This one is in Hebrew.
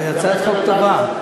זאת הצעת חוק טובה.